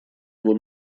его